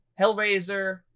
hellraiser